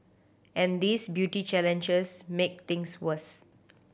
and these beauty challenges make things worse